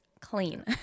clean